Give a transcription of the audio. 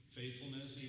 faithfulness